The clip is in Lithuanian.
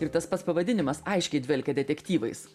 ir tas pats pavadinimas aiškiai dvelkia detektyvais